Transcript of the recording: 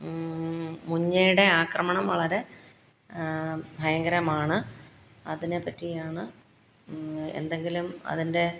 മുഞ്ഞേടെ ആക്രമണം വളരെ ഭയങ്കരമാണ് അതിനെ പറ്റിയാണ് എന്തെങ്കിലും അതിൻ്റെ